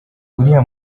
uriya